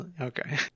Okay